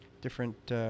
Different